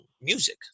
music